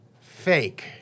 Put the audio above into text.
Fake